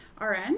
RN